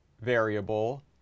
variable